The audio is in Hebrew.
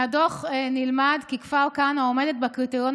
מהדוח נלמד כי כפר כנא עומדת בקריטריון